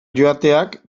joateak